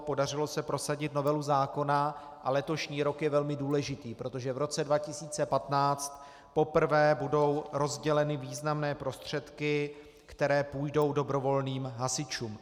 Podařilo se prosadit novelu zákona a letošní rok je velmi důležitý, protože v roce 2015 poprvé budou rozděleny významné prostředky, které půjdou dobrovolným hasičům.